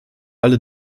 alle